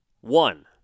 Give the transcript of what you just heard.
One